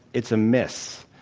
it's a miss.